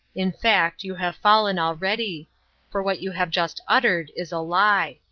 in fact, you have fallen already for what you have just uttered is a lie.